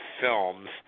films